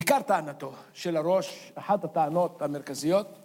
‫בעיקר טענתו של הראש, ‫אחת הטענות המרכזיות.